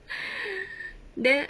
then